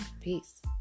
peace